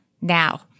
now